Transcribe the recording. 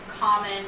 common